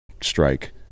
strike